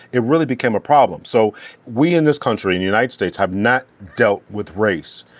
it really became a problem. so we in this country, in the united states, have not dealt with race.